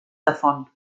davon